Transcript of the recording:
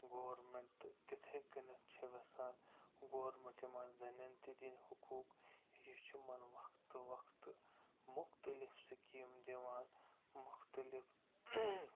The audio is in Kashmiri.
گورمٮ۪نٛٹ تہٕ تِتھَے کٔنٮ۪تھ چھِ یَژھان گورمٮ۪نٛٹ یِمن زنٮ۪ن تہِ دِنۍ حقوٗق یہِ چھُ یِمن وقتہٕ وقتہٕ مختلف سِکیٖمہٕ دِوان مختلف